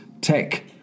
Tech